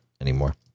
anymore